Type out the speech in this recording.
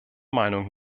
meinung